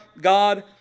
God